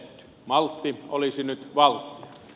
maltti olisi nyt valttia